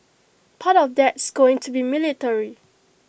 part of that's going to be military